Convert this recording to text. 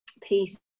peace